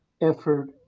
effort